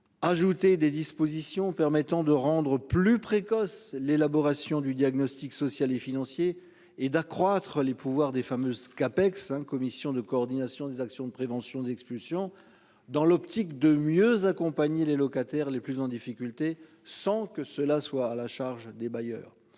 Ajouter des dispositions permettant de rendre plus précoce. L'élaboration du diagnostic social et financier et d'accroître les pouvoirs des fameuses CAPEX hein. Commission de coordination des actions de prévention d'expulsion dans l'optique de mieux accompagner les locataires les plus en difficulté sans que cela soit à la charge des bailleurs.